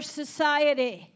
society